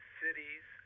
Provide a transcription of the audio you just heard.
cities